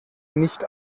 nicht